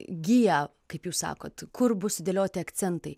giją kaip jūs sakot kur bus sudėlioti akcentai